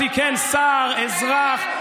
היושב-ראש, תפסיק אותו.